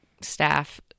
staff